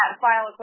file